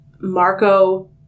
Marco